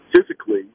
physically